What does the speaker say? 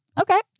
Okay